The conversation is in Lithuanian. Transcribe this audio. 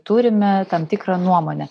turime tam tikrą nuomonę